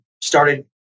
started